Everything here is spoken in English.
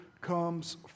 comes